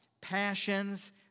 passions